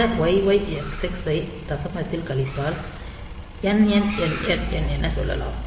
இந்த YYXX ஐ தசமத்தில் கழித்தால் NNNNN என்று சொல்லலாம்